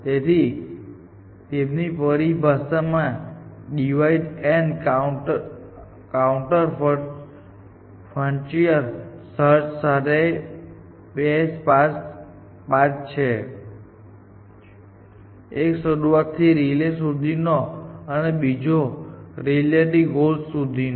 તેથી તેમની પરિભાષામાં divide and conquer frontier search માં 2 સ્પાર્સ પાથ છે એક શરૂઆતથી રિલે સુધીનો અને બીજો રિલે થી ગોલ સુધીનો